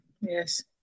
yes